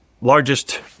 largest